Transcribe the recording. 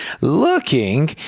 looking